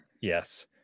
Yes